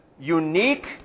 Unique